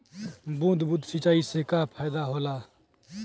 बूंद बूंद सिंचाई से का फायदा होला?